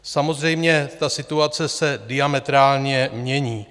Samozřejmě ta situace se diametrálně mění.